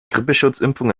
grippeschutzimpfung